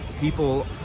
people